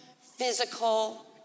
physical